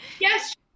Yes